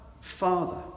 Father